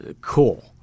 cool